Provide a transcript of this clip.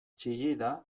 txillida